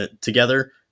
together